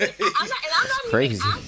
crazy